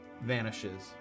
vanishes